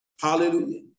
Hallelujah